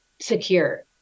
secure